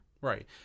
Right